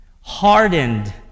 hardened